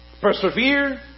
persevere